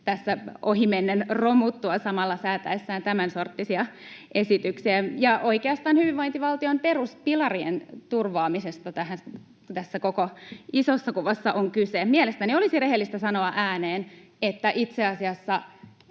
ohimennen romuttua samalla säätäessään tämänsorttisia esityksiä. Ja oikeastaan hyvinvointivaltion peruspilarien turvaamisesta tässä koko isossa kuvassa on kyse. Mielestäni olisi rehellistä sanoa ääneen, että itse asiassa